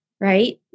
right